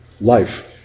life